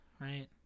Right